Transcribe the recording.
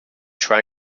try